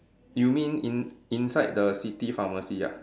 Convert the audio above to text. you mean in inside the city pharmacy ah